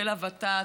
של הוות"ת,